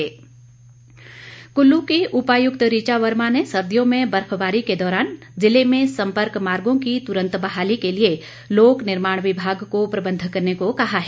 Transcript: उपायुक्त कुल्लू की उपायुक्त ऋचा वर्मा ने सर्दियों में बर्फबारी के दौरान जिले में संपर्क मार्गो की तुरंत बहाली के लिए लोक निर्माण विभाग को प्रबंध करने को कहा है